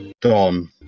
Don